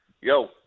Yo